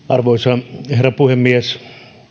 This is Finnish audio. arvoisa herra puhemies